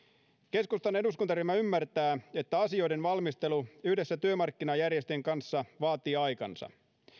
keskustan eduskuntaryhmä ymmärtää että asioiden valmistelu yhdessä työmarkkinajärjestöjen kanssa vaatii aikansa